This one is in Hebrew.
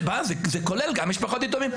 זה כולל גם משפחות יתומים.